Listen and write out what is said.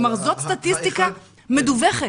כלומר, זאת סטטיסטיקה מדווחת.